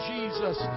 Jesus